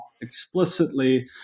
explicitly